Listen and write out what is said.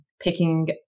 picking